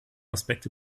aspekte